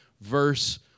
verse